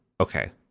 Okay